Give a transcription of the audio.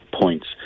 points